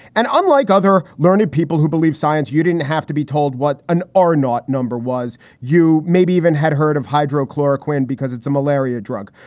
and unlike other learned people who believe science, you didn't have to be told what an hour not number was. you maybe even had heard of hydrochloric win because it's a malaria drug.